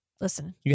Listen